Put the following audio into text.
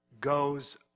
goes